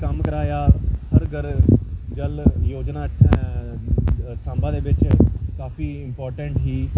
काफी कम्म कराया हर घर जल योजना इत्थें सांबा दे बिच काफी इंम्पारटेंट ही